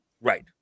right